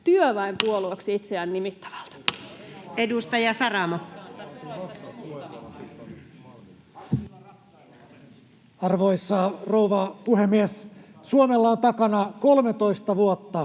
rattailla, vasemmisto!] Edustaja Saramo. Arvoisa rouva puhemies! Suomella on takana 13 vuotta